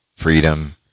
Freedom